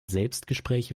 selbstgespräche